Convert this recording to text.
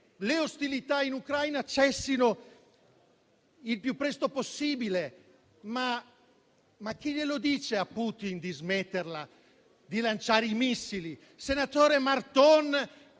le ostilità in Ucraina cessino il più presto possibile. Ma chi lo dice a Putin di smetterla di lanciare i missili? Senatore Marton,